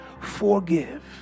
Forgive